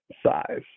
size